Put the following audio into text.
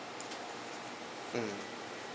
mm